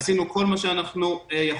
עשינו כל מה שאנחנו יכולים,